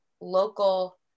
local